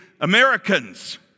Americans